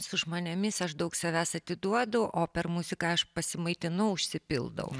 su žmonėmis aš daug savęs atiduodu o per muziką aš pasimaitinu užsipildau